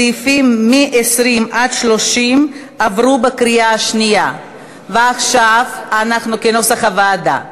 סעיפים 20 30 עברו בקריאה שנייה כנוסח הוועדה.